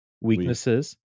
weaknesses